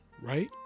right